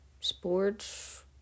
sports